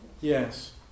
Yes